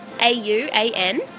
A-U-A-N